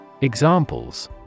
Examples